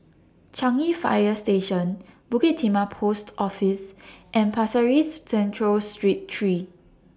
Changi Fire Station Bukit Timah Post Office and Pasir Ris Central Street three